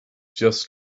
just